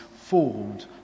formed